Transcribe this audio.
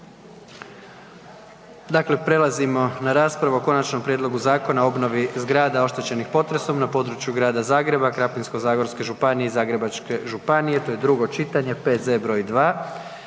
Dakle, prelazimo na raspravu o Konačnom prijedlogu Zakona o obnovi zgrada oštećenih potresom na području Grada Zagreba, Krapinsko-zagorske županije i Zagrebačke županije, to je drugo čitanje, P.Z. br. 2.